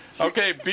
Okay